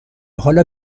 حالا